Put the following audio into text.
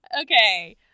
Okay